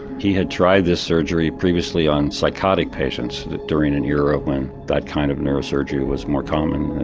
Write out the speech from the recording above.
he had tried this surgery previously on psychotic patients during an era when that kind of neurosurgery was more common,